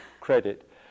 credit